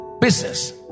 business